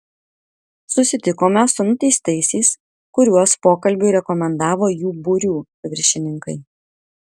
susitikome su nuteistaisiais kuriuos pokalbiui rekomendavo jų būrių viršininkai